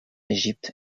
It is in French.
égypte